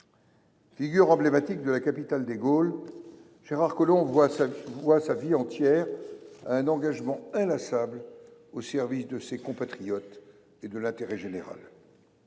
Figure emblématique de la capitale des Gaules, Gérard Collomb voua sa vie entière à un engagement inlassable au service de ses compatriotes et de l’intérêt général.